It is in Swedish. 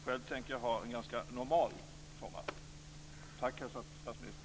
Själv tänker jag ha en ganska normal sommar. Tack, herr statsminister!